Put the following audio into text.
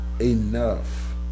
enough